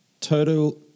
total